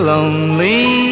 Lonely